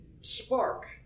spark